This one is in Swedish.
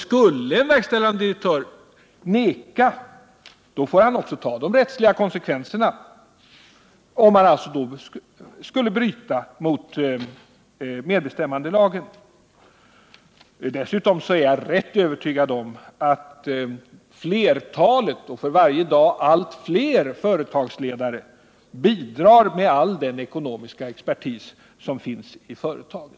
Skulle en verkställande direktör neka, dvs. bryta mot medbestämmandelagen, får han ta de rättsliga konsekvenserna. Jag är ganska övertygad om att flertalet och för varje dag allt fler företagsledare bidrar med all den ekonomiska expertis som finns inom företaget.